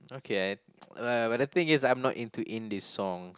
okay I but but the thing is I'm not into indie song